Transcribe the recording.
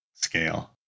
Scale